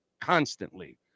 constantly